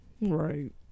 Right